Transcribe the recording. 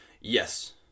Yes